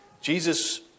Jesus